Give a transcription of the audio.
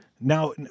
Now